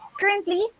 currently